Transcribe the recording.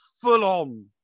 full-on